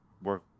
work